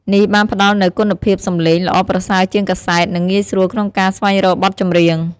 នេះបានផ្ដល់នូវគុណភាពសំឡេងល្អប្រសើរជាងកាសែត និងងាយស្រួលក្នុងការស្វែងរកបទចម្រៀង។